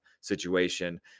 situation